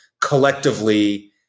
collectively